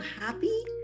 happy